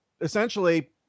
essentially